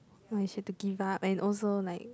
make sure to give up and also like